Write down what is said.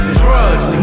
drugs